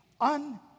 un-